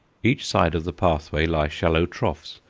each side of the pathway lie shallow troughs,